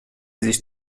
sich